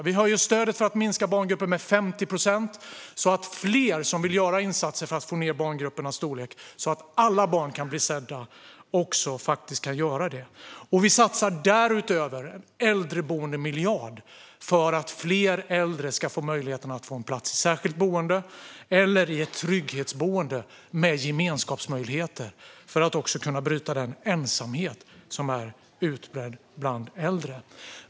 Vi höjer stödet för att minska barngrupper med 50 procent så att fler som vill det kan göra insatser för att få ned barngruppernas storlek så att alla barn blir sedda. Vi satsar därutöver en äldreboendemiljard för att fler äldre ska få möjlighet att få en plats i särskilt boende eller trygghetsboende med gemenskapsmöjligheter för att också kunna bryta den ensamhet som är utbredd bland äldre.